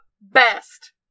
best